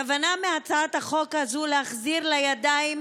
הכוונה בהצעת החוק הזו היא להחזיר לידיים